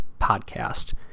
podcast